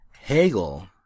Hegel